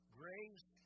grace